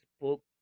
book